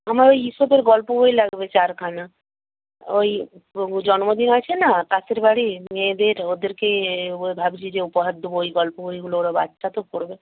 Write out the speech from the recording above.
আমার ওই ঈশপের গল্প বই লাগবে চারখানা ওই জন্মদিন আছে না পাশের বাড়ির মেয়েদের ওদেরকে ভাবছি যে উপহার দেবো ওই গল্প বইগুলো ওরা বাচ্চা তো পড়বে